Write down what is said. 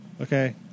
Okay